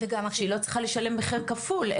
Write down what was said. שהיא לא צריכה לשלם מחיר כפול,